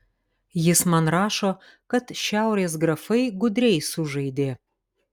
jis man rašo kad šiaurės grafai gudriai sužaidė